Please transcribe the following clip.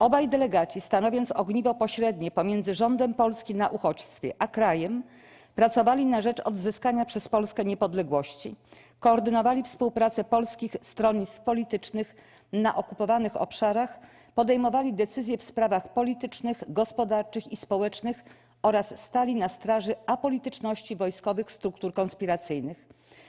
Obaj delegaci - stanowiąc ogniwo pośrednie pomiędzy rządem Polski na uchodźstwie a krajem - pracowali na rzecz odzyskania przez Polskę niepodległości: koordynowali współpracę polskich stronnictw politycznych na okupowanych obszarach, podejmowali decyzje w sprawach politycznych, gospodarczych i społecznych oraz stali na straży apolityczności wojskowych struktur konspiracyjnych.